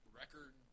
record